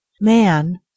Man